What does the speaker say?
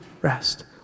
rest